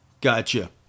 Gotcha